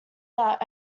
that